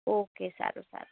okay સારું સારું